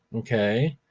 okay?